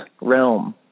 realm